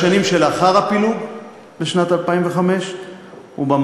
בשנים שלאחר הפילוג בשנת 2005 ובמאבק